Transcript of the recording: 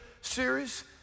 series